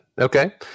Okay